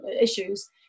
issues